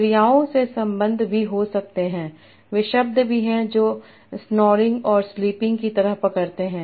क्रियाओं से संबंध भी हो सकते हैं वे शब्द भी हैं जो वे स्नोरिंग और स्लीपिंग की तरह पकड़ते हैं